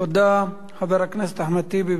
חבר הכנסת אחמד טיבי, בבקשה.